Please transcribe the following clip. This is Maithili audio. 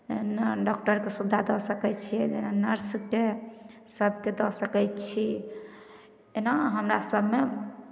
जेना डॉक्टरके सुविधा दऽ सकै छियै जेना नर्सके सभकेँ दऽ सकै छी एना हमरा सभमे